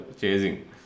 chasing